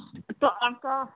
تو آپ کا